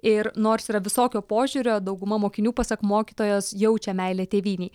ir nors yra visokio požiūrio dauguma mokinių pasak mokytojos jaučia meilę tėvynei